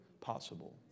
possible